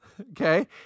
Okay